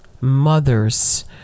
mothers